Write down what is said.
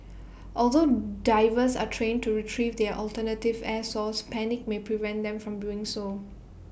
although divers are trained to Retrieve their alternative air source panic may prevent them from doing so